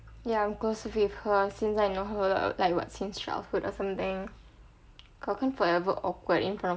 ya I'm close with her since I know her like what since childhood or something kau kan forever awkward in front